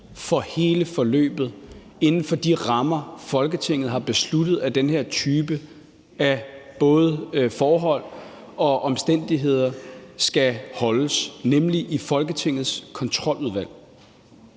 for hele forløbet inden for de rammer, Folketinget har besluttet at den her type af både forhold og omstændigheder skal holdes, nemlig i Kontroludvalget.